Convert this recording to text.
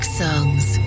songs